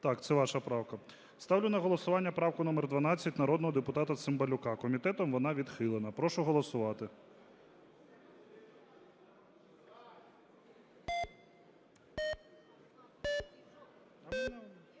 Так, це ваша правка. Ставлю на голосування правку номер 12 народного депутата Цимбалюка. Комітетом вона відхилена. Прошу голосувати.